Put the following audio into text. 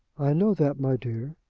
i know that, my dear.